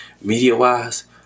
media-wise